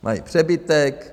Mají přebytek.